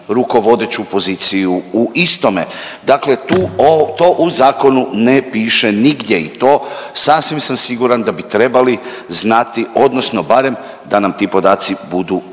rukovodeću poziciju u istome, dakle to u zakonu ne piše nigdje i to sasvim sam siguran da bi trebali znati odnosno barem da nam ti podaci budu